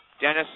Dennis